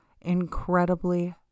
Incredibly